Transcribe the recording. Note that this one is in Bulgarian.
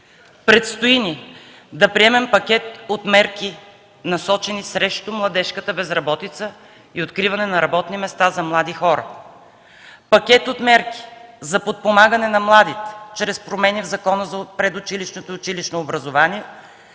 Предстои ни да приемем пакет от мерки, насочени срещу младежката безработица и откриване на работни места за млади хора; пакет от мерки за подпомагане на младите чрез промени в Закона за предучилищното и училищно образование,